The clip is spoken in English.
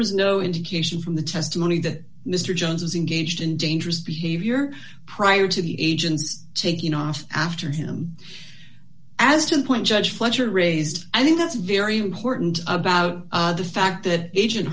was no indication from the testimony that mr johns was in gauged in dangerous behavior prior to the agency's taking off after him as to the point judge fletcher raised i think that's very important about the fact that agent